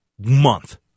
month